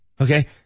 Okay